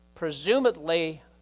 Presumably